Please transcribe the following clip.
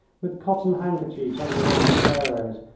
with cotton handkerchiefs under their sombreros,